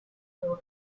oil